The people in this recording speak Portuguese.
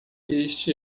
este